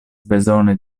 bezone